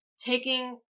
taking